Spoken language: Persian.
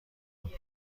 پمپ